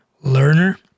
learner